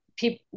people